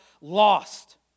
lost